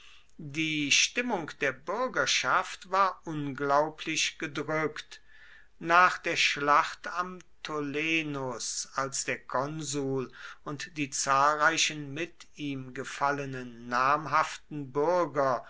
die stimmung der bürgerschaft war unglaublich gedrückt nach der schlacht am tolenus als der konsul und die zahlreichen mit ihm gefallenen namhaften bürger